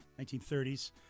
1930s